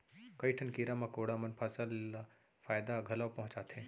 कई ठन कीरा मकोड़ा मन फसल ल फायदा घलौ पहुँचाथें